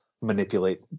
manipulate